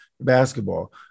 basketball